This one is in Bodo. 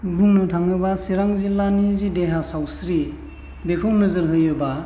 बुंनो थाङोबा चिरां जिल्लानि जि देहा सावस्रि बेखौ नोजोर होयोब्ला